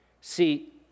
See